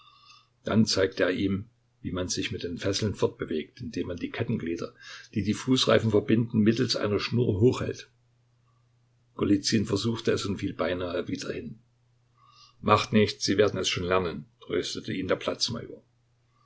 dann zeigte er ihm wie man sich mit den fesseln fortbewegt indem man die kettenglieder die die fußreifen verbinden mittels einer schnur hochhält golizyn versuchte es und fiel beinahe wieder hin macht nichts sie werden es schon lernen tröstete ihn der platz major